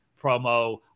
promo